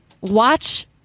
watch